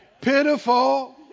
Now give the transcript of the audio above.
pitiful